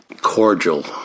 cordial